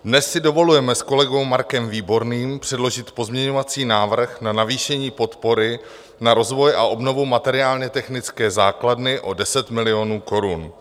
Dnes si dovolujeme s kolegou Markem Výborným předložit pozměňovací návrh na navýšení podpory na rozvoj a obnovu materiálnětechnické základny o 10 milionů korun.